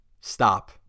stop